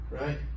right